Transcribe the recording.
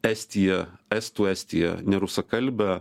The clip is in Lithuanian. estiją estų estiją nerusakalbę